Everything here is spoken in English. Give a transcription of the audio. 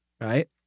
right